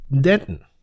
Denton